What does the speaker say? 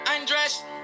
undressed